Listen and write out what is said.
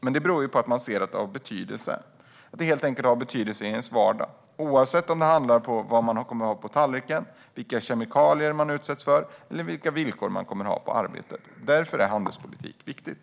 Men det beror helt enkelt på att man ser att det har betydelse i ens vardag - oavsett om det handlar om vad man kommer att ha på tallriken, vilka kemikalier man kommer att utsättas för eller vilka villkor man kommer att ha på arbetet. Därför är handelspolitik viktigt.